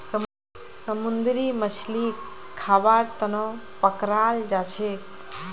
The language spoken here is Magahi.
समुंदरी मछलीक खाबार तनौ पकड़ाल जाछेक